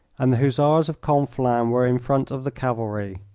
and the hussars of conflans were in front of the cavalry,